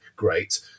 great